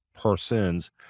persons